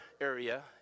area